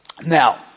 Now